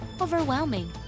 overwhelming